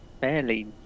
barely